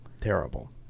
Terrible